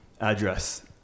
address